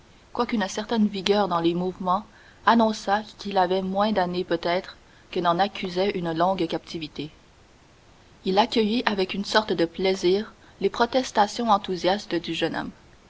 quoiqu'une certaine vigueur dans les mouvements annonçât qu'il avait moins d'années peut-être que n'en accusait une longue captivité il accueillit avec une sorte de plaisir les protestations enthousiastes du jeune homme